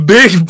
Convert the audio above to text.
Big